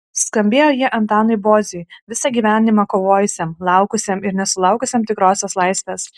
skambėjo jie antanui boziui visą gyvenimą kovojusiam laukusiam ir nesulaukusiam tikrosios laisvės